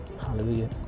Hallelujah